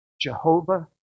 Jehovah